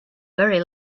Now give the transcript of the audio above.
very